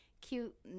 cute